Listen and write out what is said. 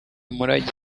umurage